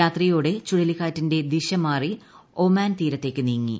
രാത്രിയോടെ ചുഴലിക്കാറ്റിന്റെ ദിശ മാറി ഒമാൻ തീരത്തേയ്ക്ക് നീങ്ങി